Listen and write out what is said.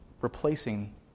replacing